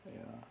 ya